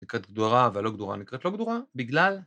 נקראת גדורה אבל לא גדורה נקראת לא גדורה בגלל